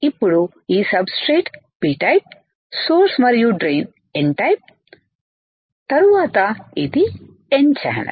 ఇప్పుడు ఈ substrate p type source మరియు డ్రైన్ n టైపు తరువాత ఇది n ఛానల్